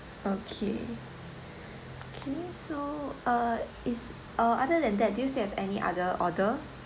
okay okay so uh is uh other than that do you still have any other order